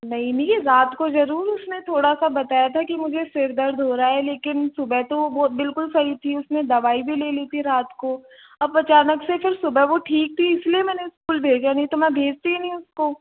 नहीं नहीं रात को जरूर उसने थोड़ा सा बताया था कि मुझे सिर दर्द हो रहा है लेकिन सुबह तो वो बहुत बिलकुल सही थी उसमें दवाई भी ले ली थि रात को अब अचानक से फिर सुबह वो ठीक थी इसलिए मैंने स्कूल भेजा नहीं तो मैं भेजती ही नहीं उसको